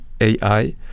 AI